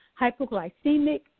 hypoglycemic